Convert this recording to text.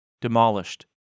Demolished